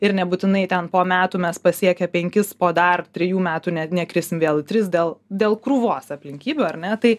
ir nebūtinai ten po metų mes pasiekę penkis po dar trijų metų ne nekrisim vėl į tris dėl dėl krūvos aplinkybių ar ne tai